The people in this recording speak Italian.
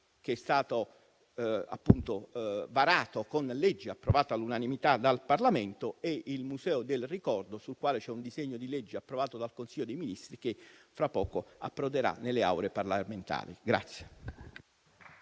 che è stato appunto varato con leggi approvate all'unanimità dal Parlamento, e il Museo del ricordo, sul quale c'è un disegno di legge approvato dal Consiglio dei ministri che fra poco approderà nelle Aule parlamentari.